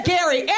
Gary